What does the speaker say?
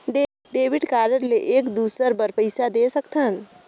Debit card ले एक दुसर बार पइसा दे सकथन?